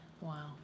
Wow